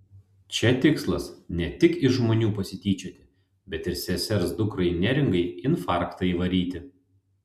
čia tikslas ne tik iš žmonių pasityčioti bet ir sesers dukrai neringai infarktą įvaryti